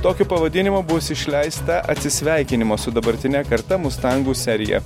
tokiu pavadinimu bus išleista atsisveikinimo su dabartine karta mustangų serija